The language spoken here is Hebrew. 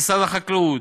משרד החקלאות,